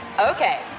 Okay